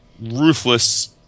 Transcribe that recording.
ruthless